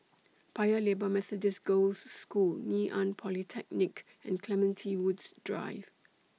Paya Lebar Methodist Girls' School Ngee Ann Polytechnic and Clementi Woods Drive